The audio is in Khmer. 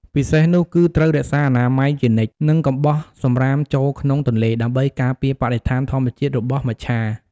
ពិសេសនោះគឺត្រូវរក្សាអនាម័យជានិច្ច និងកុំបោះសំរាមចូលក្នុងទន្លេ ដើម្បីការពារបរិស្ថានធម្មជាតិរបស់មច្ឆា ។